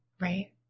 Right